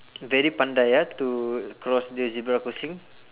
very pandai ah to cross the zebra crossing